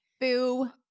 boo